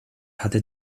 hatte